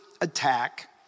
attack